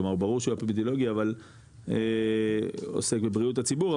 כלומר ברור שהוא אירוע אפידמיולוגי שעוסק בבריאות הציבור,